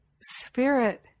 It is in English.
spirit